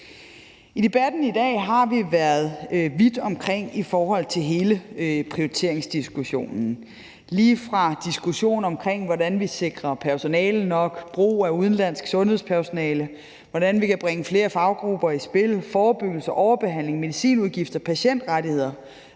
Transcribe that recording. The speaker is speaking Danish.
I debatten i dag har vi været vidt omkring i forhold til hele prioriteringsdiskussionen; lige fra diskussionen omkring, hvordan vi sikrer personale nok, brug af udenlandsk sundhedspersonale, hvordan vi kan bringe flere faggrupper i spil, forebyggelse, overbehandling, medicinudgifter, patientrettigheder,